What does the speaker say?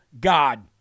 God